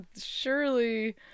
surely